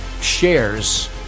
shares